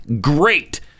Great